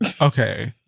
Okay